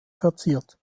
verziert